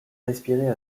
respirer